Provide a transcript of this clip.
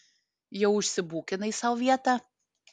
jau užsibukinai sau vietą